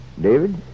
David